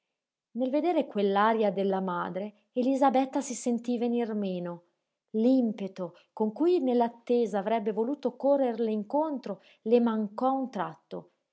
nel vedere quell'aria della madre elisabetta si sentí venir meno l'impeto con cui nell'attesa avrebbe voluto correrle incontro le mancò a un tratto